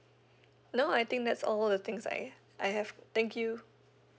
no I think that's all the things I I have thank you